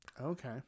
Okay